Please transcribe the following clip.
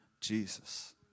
Jesus